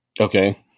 Okay